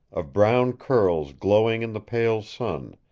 of brown curls glowing in the pale sun,